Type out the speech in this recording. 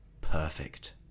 perfect